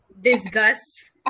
disgust